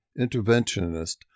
interventionist